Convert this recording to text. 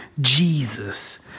Jesus